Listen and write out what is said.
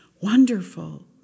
wonderful